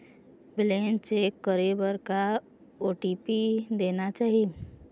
Balance check करे बर का ओ.टी.पी देना चाही?